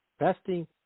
Investing